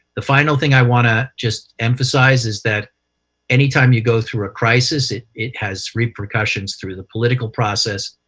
the final thing i want to just emphasize is that any time you go through a crisis it it has repercussions through the political process.